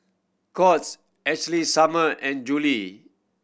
Courts Ashley Summer and Julie